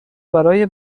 برای